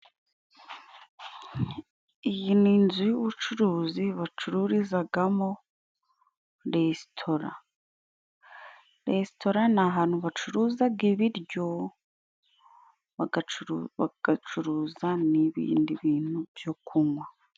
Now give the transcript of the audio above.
Iyi ni inzu y'ubucuruzi bacururizamo resitora . Resitora ni ahantu bacuruza ibiryo, bagacuruza n'ibindi bintu byo kunywa.